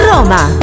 Roma